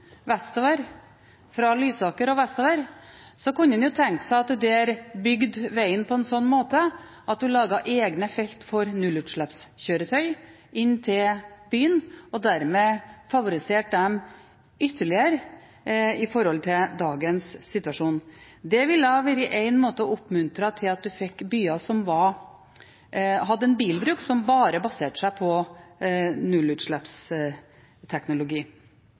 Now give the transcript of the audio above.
fra Lysaker og vestover, kunne en jo tenke seg at en der bygde vegen slik at en lagde egne felt for nullutslippskjøretøy inn til byen, og dermed favoriserte dem ytterligere i forhold til dagens situasjon. Det ville være en måte å oppmuntre til at en fikk byer som hadde en bilbruk som bare baserte seg på nullutslippsteknologi.